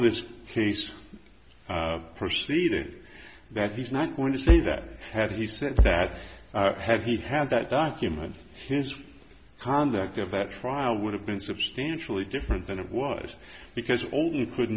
this case proceeded that he's not going to say that had he said that had he had that document his conduct of that trial would have been substantially different than it was because all you could